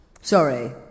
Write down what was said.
Sorry